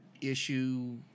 issue